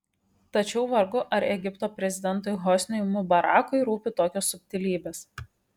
tačiau vargu ar egipto prezidentui hosniui mubarakui rūpi tokios subtilybės